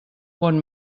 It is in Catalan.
bon